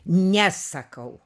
ne sakau